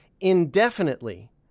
indefinitely